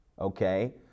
Okay